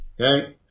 Okay